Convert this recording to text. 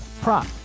prop